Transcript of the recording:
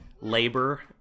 labor